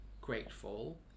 grateful